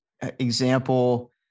example